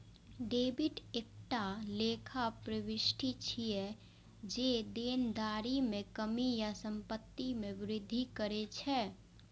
debit एकटा लेखा प्रवृष्टि छियै, जे देनदारी मे कमी या संपत्ति मे वृद्धि करै छै